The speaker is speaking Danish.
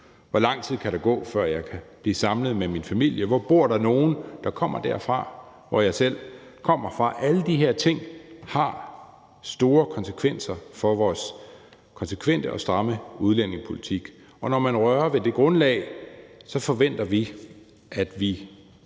Hvor lang tid kan der gå, før jeg kan blive samlet med min familie? Hvor bor der nogen, der kommer derfra, hvor jeg selv kommer fra? Alle de her ting har store konsekvenser for vores konsekvente og stramme udlændingepolitik, og når man rører ved det grundlag, forventer vi, at vi